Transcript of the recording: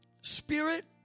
spirit